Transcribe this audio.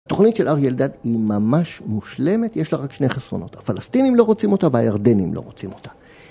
התוכנית של אריה אלדד היא ממש מושלמת, יש לה רק שני חסרונות, הפלסטינים לא רוצים אותה והירדנים לא רוצים אותה